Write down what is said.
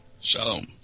Shalom